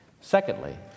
Secondly